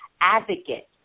advocate